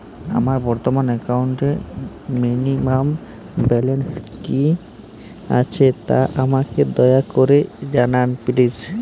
আমার বর্তমান একাউন্টে মিনিমাম ব্যালেন্স কী আছে তা আমাকে দয়া করে জানান প্লিজ